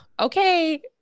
Okay